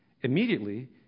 Immediately